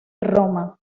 roma